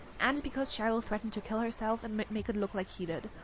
and because shiloh threatened to kill herself and make make it look like he did